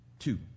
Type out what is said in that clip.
Two